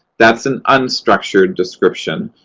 that's an unstructured description.